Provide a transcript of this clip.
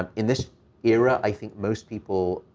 um in this era, i think most people,